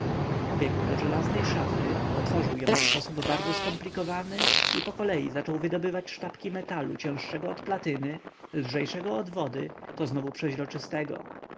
pobiegł do żelaznej szafy otworzył ją w sposób bardzo skomplikowany i pokolei począł wydobywać sztabki metalu cięższego od platyny lżejszego od wody to znowu przezroczystego